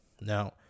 Now